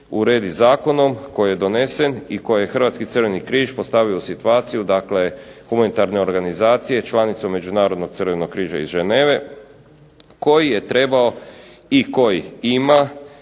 uredi zakonom koji je donesen i koji je Hrvatski crveni križ postavio u situaciju dakle humanitarne organizacije, članicu Međunarodnog crvenog križa iz Ženeve koji je trebao i koji ima